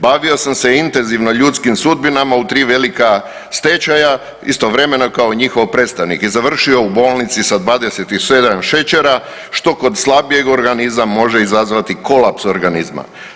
Bavio sam se intenzivno ljudskim sudbinama u 3 velika stečaja, istovremeno kao njihov predstavnik i završio u bolnici sa 27 šećera što kod slabijeg organizma može izazvati kolaps organizma.